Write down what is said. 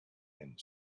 and